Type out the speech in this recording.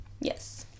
Yes